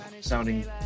sounding